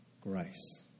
grace